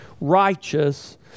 righteous